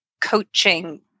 coaching